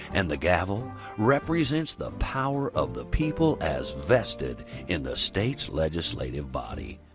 and the gavel represents the power of the people as vested in the state's legislative body.